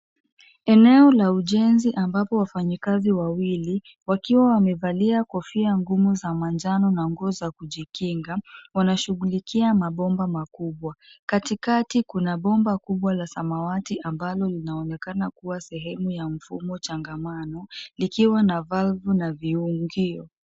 Eneo la ujenzi ambapo wafanyikazi wawili wakiwa wamevalia kofia ngumu za manjano na nguo za kujikinga wanashughulika mabomba makubwa. Katikati kuna bomba kubwa la samawati ambalo linaonekana kuwa sehemu ya mfumo changamano likiwa na valve na opening key .